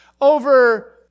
over